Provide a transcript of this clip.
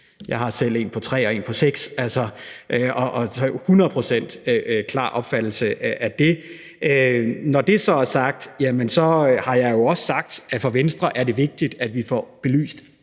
og har altså en hundrede procent klar opfattelse af det. Når det så er sagt, jamen så har jeg jo også sagt, at for Venstre er det vigtigt, at vi får belyst